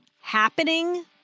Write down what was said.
happening